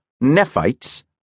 Nephites